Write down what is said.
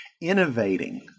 innovating